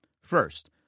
First